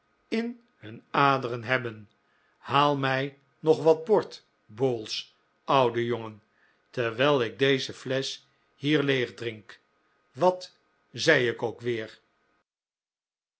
in hun aderen hebben haal mij nog wat port bowls ouwe jongen terwijl ik deze flesch hier leeg drink wat zei ik ook weer